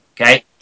Okay